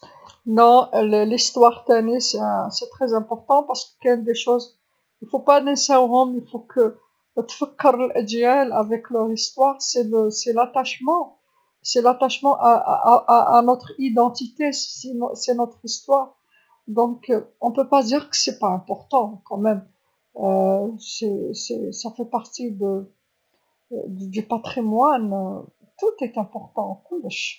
لا، تاريخ ثاني هي مهمه، على خاطرش كاين صوالح ملازمش ننساوهم، لازم نتفكر الأجيال بتاريخهم، هو التعلق هو التعلق لهويتنا، هي تاريخنا، إذا منقدروش نقولو مشي مهم هي جزء من التراث، الكل مهم كلش.